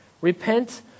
Repent